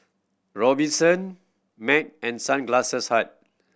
Robinson Mac and Sunglasses Hut